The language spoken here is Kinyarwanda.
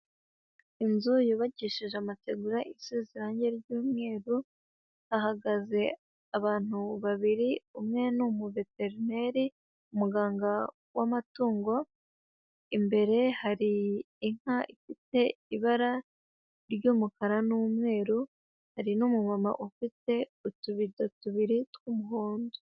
Inzu yubakishije amategura isize irangi ry'umweru, hahagaze abantu babiri. Umwe ni umuveterineri umuganga w'amatungo, imbere hari inka ifite ibara ry'umukara n'umweru, hari n'umumama ufite utubido tubiri tw'umuhondo.